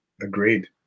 Agreed